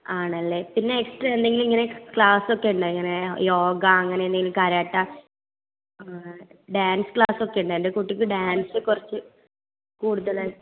ആണല്ലെ പിന്നെ എക്സ്ട്രാ എന്തെങ്കിലും ഇങ്ങനെ ക്ലാസ് ഒക്കെ ഉണ്ടോ ഇങ്ങനെ യോഗ അങ്ങനെ എന്തെങ്കിലും കരാട്ട ഡാൻസ് ക്ലാസ് ഒക്കെ ഉണ്ടോ എൻ്റെ കുട്ടിക്ക് ഡാൻസ് കുറച്ചു കൂടുതലായി